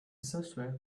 software